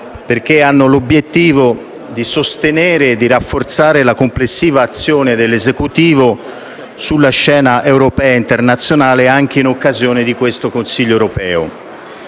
perché esse hanno l'obiettivo di sostenere e rafforzare la complessiva azione dell'Esecutivo sulla scena europea ed internazionale anche in occasione di questo Consiglio europeo.